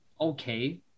okay